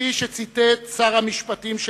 כפי שציטט שר המשפטים,